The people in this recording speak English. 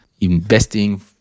investing